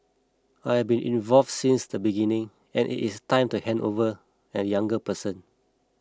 I have been involved since the beginning and it is time to hand over a younger person